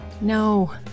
No